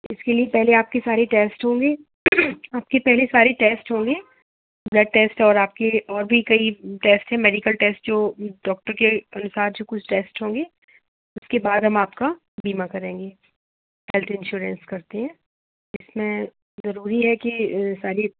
इसके लिए पहले आपके सारे टेस्ट होंगे आपके पहले सारे टेस्ट होंगे ब्लड टेस्ट और आपके और भी कईं टेस्ट थे मेडिकल टेस्ट जो डॉक्टर के अनुसार जो कुछ टेस्ट होंगे उसके बाद हम आपका बीमा कराएंगे हेल्थ इंश्योरेंस करते हैं इसमें ज़रूरी है कि सारी